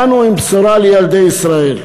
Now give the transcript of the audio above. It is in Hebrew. באנו עם בשורה לילדי ישראל.